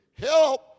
help